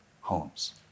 homes